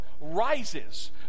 rises